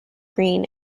green